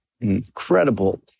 incredible